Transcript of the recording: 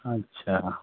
अच्छा